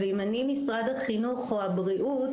ואם אני משרד החינוך או הבריאות,